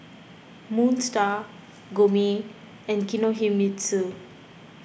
Moon Star Gourmet and Kinohimitsu